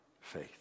faith